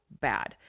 bad